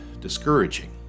discouraging